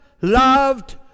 loved